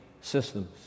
systems